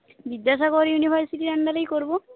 বিদ্যাসাগর ইউনিভার্সিটির আন্ডারেই করব